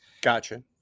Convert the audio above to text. gotcha